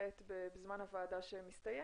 לאחר הוועדה כי זה נשמע